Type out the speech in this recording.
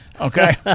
Okay